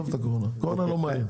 הקורונה לא מעניין.